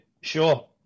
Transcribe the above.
sure